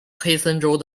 黑森州